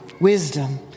wisdom